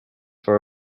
for